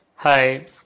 Hi